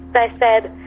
they said,